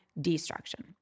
destruction